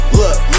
look